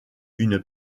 une